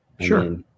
Sure